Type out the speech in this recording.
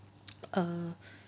err